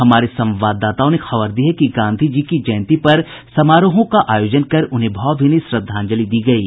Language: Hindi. हमारे संवाददाताओं ने खबर दी है कि गांधी जी की जयंती पर समारोहों का आयोजन कर उन्हें भावभीनी श्रद्धांजलि दी गयी